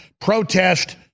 protest